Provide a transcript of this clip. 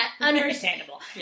Understandable